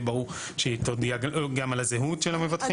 ברור שהיא תודיע גם על הזהות של המבטחים.